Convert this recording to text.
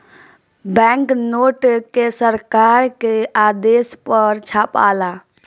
bank note के सरकार के आदेश पर छापाला